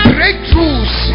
Breakthroughs